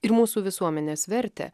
ir mūsų visuomenės vertę